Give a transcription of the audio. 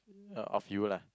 uh of you lah